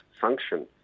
function